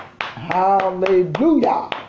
Hallelujah